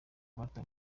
batawe